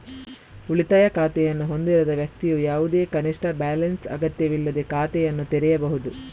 ಉಳಿತಾಯ ಖಾತೆಯನ್ನು ಹೊಂದಿರದ ವ್ಯಕ್ತಿಯು ಯಾವುದೇ ಕನಿಷ್ಠ ಬ್ಯಾಲೆನ್ಸ್ ಅಗತ್ಯವಿಲ್ಲದೇ ಖಾತೆಯನ್ನು ತೆರೆಯಬಹುದು